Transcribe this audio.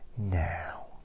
now